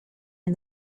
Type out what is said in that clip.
and